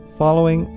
following